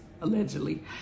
allegedly